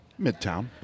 Midtown